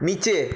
নীচে